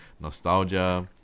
Nostalgia